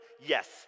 Yes